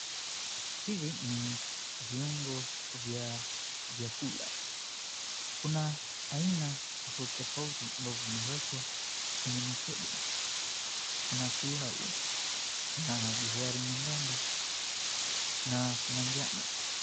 Hivi ni viungo vya vyakula. Kuna aina tofauti tofauti ambavyo vimewekwa kwenye mikebe. Kuna pilau, kuna bizari nyembamba na manjano.